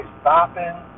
stopping